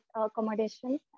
accommodation